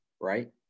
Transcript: right